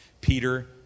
Peter